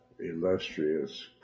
illustrious